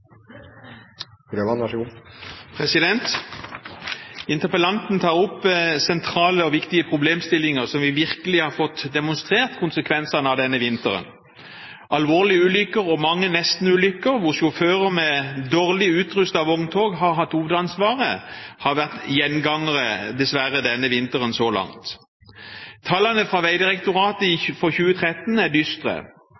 Interpellanten tar opp sentrale og viktige problemstillinger som vi virkelig har fått demonstrert konsekvensene av denne vinteren. Alvorlige ulykker og mange nestenulykker, hvor sjåfører med dårlig utrustede vogntog har hatt hovedansvaret, har dessverre vært gjengangere så langt denne vinteren. Tallene fra Vegdirektoratet for 2013 er dystre. Bare i